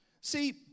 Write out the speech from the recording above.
See